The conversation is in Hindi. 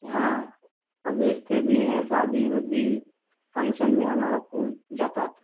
हाँ और बेचते भी हैं शादी वादी फंक्सन में हमारा फूल जाता आता